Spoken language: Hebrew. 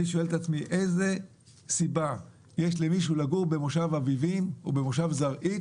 אני שואל את עצמי איזו סיבה יש למישהו לגור במושב אביבים או זרעית